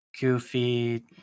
goofy